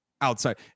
outside